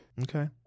Okay